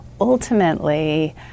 ultimately